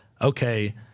okay